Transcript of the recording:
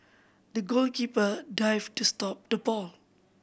the goalkeeper dived to stop the ball